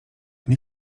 nie